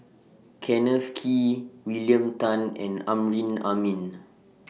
Kenneth Kee William Tan and Amrin Amin